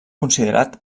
considerat